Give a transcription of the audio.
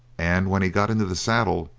and when he got into the saddle,